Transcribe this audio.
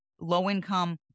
low-income